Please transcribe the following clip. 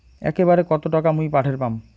একবারে কত টাকা মুই পাঠের পাম?